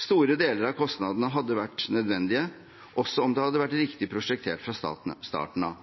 Store deler av kostnadene hadde vært nødvendige, også om det hadde vært riktig prosjektert fra starten av,